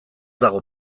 dago